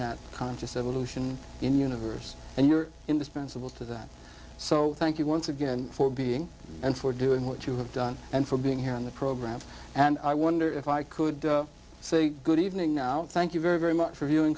that conscious evolution in universe and you're indispensable to that so thank you once again for being and for doing what you have done and for being here on the program and i wonder if i could say good evening now thank you very very much for you in